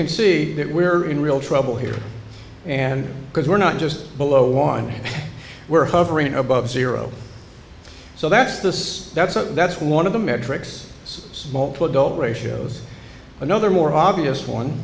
can see that we're in real trouble here and because we're not just below one we're hovering above zero so that's this that's a that's one of the metrics it's small to adult ratios another more obvious one